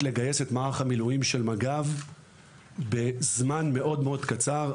לגייס את מערך המילואים של מג"ב בזמן מאוד מאוד קצר.